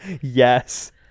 yes